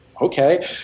okay